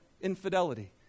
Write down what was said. infidelity